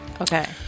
Okay